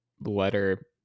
letter